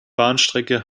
bahnstrecke